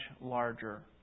larger